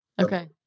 Okay